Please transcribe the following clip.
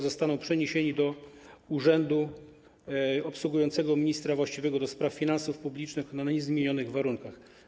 Zostaną przeniesieni do urzędu obsługującego ministra właściwego do spraw finansów publicznych na niezmienionych warunkach.